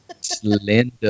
Slender